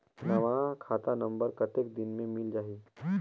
नवा खाता नंबर कतेक दिन मे मिल जाही?